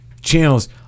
channels